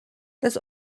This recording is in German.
das